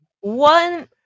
One